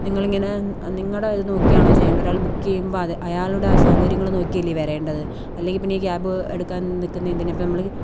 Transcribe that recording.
നിങ്ങൾ ഇങ്ങനെ നിങ്ങളുടെ ഇത് നോക്കിയാണോ ചെയ്യേണ്ടത് ഒരാൾ ബുക്ക് ചെയ്യുമ്പോൾ അയാളുടെ സൗകര്യങ്ങൾ നോക്കിയല്ലേ വരേണ്ടത് അല്ലെങ്കിൽ പിന്നെ ഈ ക്യാബ് എടുക്കാൻ നിൽക്കുന്നത് എന്തിനാണ് ഇപ്പോൾ നമ്മൾ